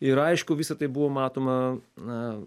ir aišku visa tai buvo matoma na